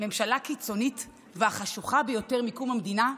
"הממשלה הקיצונית והחשוכה ביותר מקום המדינה"